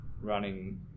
running